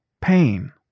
pain